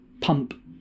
pump